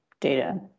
data